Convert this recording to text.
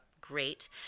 Great